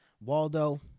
Waldo